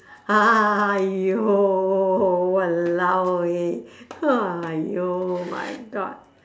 !haiyo! !walao! eh !haiyo! my god